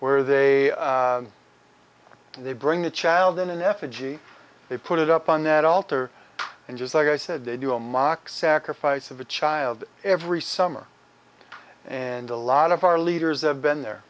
where they they bring the child in in effigy they put it up on that altar and just like i said they do a mock sacrifice of a child every summer and a lot of our leaders have been there